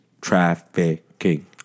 Trafficking